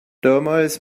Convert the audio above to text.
damals